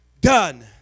done